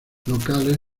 locales